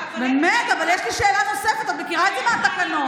באמת, יש לי שאלה נוספת, את מכירה את זה מהתקנון.